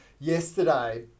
yesterday